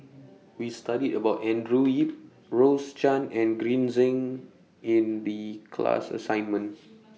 We studied about Andrew Yip Rose Chan and Green Zeng in The class assignment